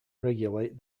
regulate